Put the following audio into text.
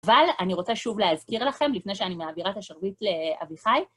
אבל אני רוצה שוב להזכיר לכם, לפני שאני מעבירה את השרביט לאביחי,